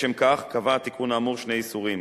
לשם כך נקבעו בתיקון האמור שני איסורים